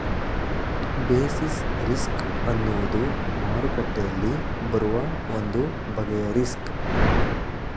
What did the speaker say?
basis risk ಅನ್ನುವುದು ಮಾರುಕಟ್ಟೆಯಲ್ಲಿ ಬರುವ ಒಂದು ಬಗೆಯ ರಿಸ್ಕ್